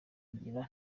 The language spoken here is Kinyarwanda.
ngira